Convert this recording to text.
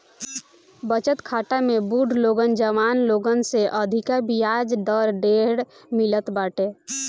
बचत खाता में बुढ़ लोगन जवान लोगन से अधिका बियाज दर ढेर मिलत बाटे